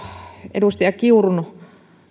edustaja kiurun